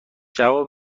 جواب